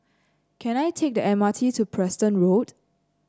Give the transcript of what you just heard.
can I take the M R T to Preston Road